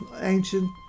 ancient